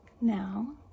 Now